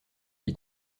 lui